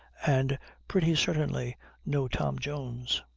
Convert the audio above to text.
and pretty certainly no tom jones.